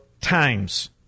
times